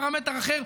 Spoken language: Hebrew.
פרמטר אחר.